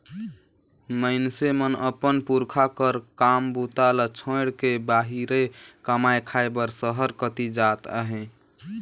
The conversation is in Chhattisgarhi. मइनसे मन अपन पुरखा कर काम बूता ल छोएड़ के बाहिरे कमाए खाए बर सहर कती जात अहे